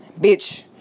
bitch